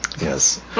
Yes